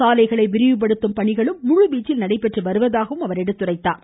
சாலைகளை விரிவுபடுத்தும் பணிகளும் முழுவீச்சில் நடைபெற்று வருவதாக அவர் எடுத்துரைத்தார்